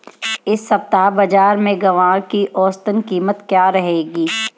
इस सप्ताह बाज़ार में ग्वार की औसतन कीमत क्या रहेगी?